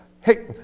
Hey